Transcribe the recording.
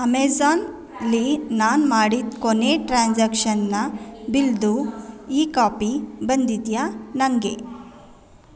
ಅಮೆಝಾನ್ಲ್ಲಿ ನಾನು ಮಾಡಿದ ಕೊನೆಯ ಟ್ರಾನ್ಸಾಕ್ಷನ್ನ ಬಿಲ್ದು ಇ ಕಾಪಿ ಬಂದಿದೆಯಾ ನನಗೆ